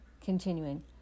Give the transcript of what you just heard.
continuing